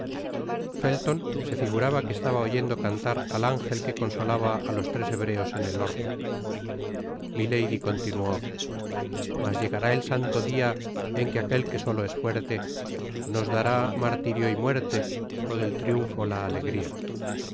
felton se figuraba que estaba oyendo cantar al ángel que consolaba á los tres hebreos en el horno milady continuó mas llegará el tanto dia en que aquel que solo es fuerte nos dará martirio y muerte o del triunfo la alegria